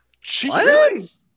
Jesus